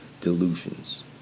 delusions